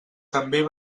també